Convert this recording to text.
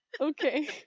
okay